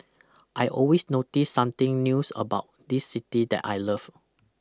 I always notice something news about this city that I love